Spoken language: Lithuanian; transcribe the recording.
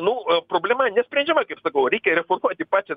nu problema nesprendžiama kaip sakau reikia reformuoti pačią